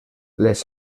les